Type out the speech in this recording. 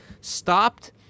stopped